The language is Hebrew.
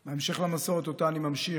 על פי המסורת שאני ממשיך,